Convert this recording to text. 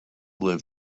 live